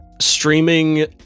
streaming